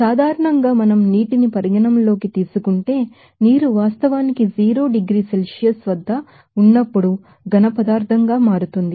సాధారణంగా మనం నీటిని పరిగణనలోకి తీసుకుంటే నీరు వాస్తవానికి 0 డిగ్రీల సెల్సియస్ వద్ద ఉన్నప్పుడు సాలిడ్ గా మారుతుంది